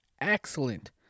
excellent